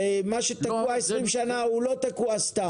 ומה שתקוע עשרים שנה, לא תקוע סתם.